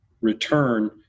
return